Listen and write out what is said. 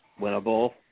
winnable